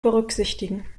berücksichtigen